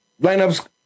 lineups